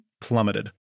plummeted